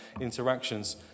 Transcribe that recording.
interactions